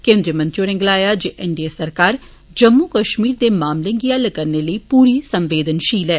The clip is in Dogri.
केंद्रीय मंत्री होरें गलाया जे एन डी ए सरकार जम्मू कश्मीर दे मामलें गी हल करने लेई पूरी संवेदनशील ऐ